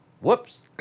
whoops